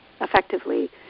effectively